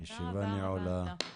הישיבה נעולה.